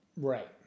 Right